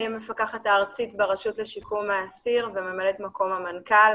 אני המפקחת הארצית ברשות לשיקום האסיר וממלאת מקום המנכ"ל.